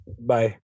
Bye